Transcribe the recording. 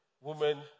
women